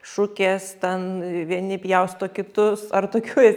šukės ten vieni pjausto kitus ar tokioj